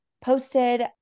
posted